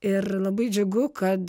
ir labai džiugu kad